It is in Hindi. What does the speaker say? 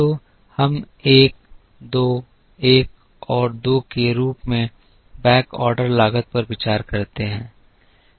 तो हम 1 2 1 और 2 के रूप में बैकऑर्डर लागत पर विचार करते हैं